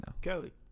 Kelly